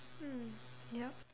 mm yup